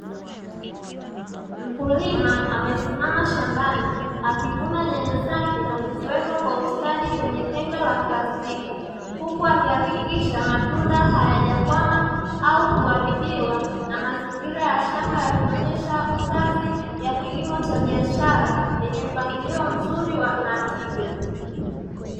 Mkulima amesimama shambani akivuna nyanya zake na kuziweka kwa ustadi kwenye tenga la plastiki, huku akihakikisha matunda hayajakwama au kuharibiwa na mazingira ya shamba yakionyesha kazi ya kilimo cha biashara yenye mpangilio mzuri na tija.